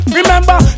Remember